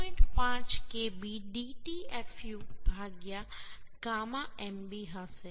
5 Kb dt fu γ mb હશે